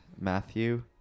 Matthew